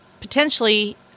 potentially